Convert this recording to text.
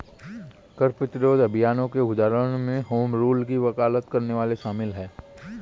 कर प्रतिरोध अभियानों के उदाहरणों में होम रूल की वकालत करने वाले शामिल हैं